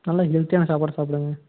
நல்லா ஹெல்த்தியான சாப்பாடாக சாப்பிடுங்க